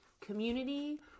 community